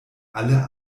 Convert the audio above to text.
alle